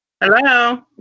Hello